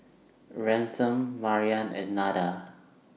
Ransom Maryann and Nada